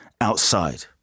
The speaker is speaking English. outside